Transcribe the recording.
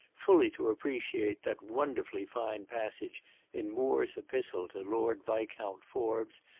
fully to appreciate that wonderfully fine passage in moore's epistle to lord viscount forbes,